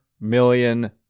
million